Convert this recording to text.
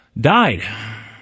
died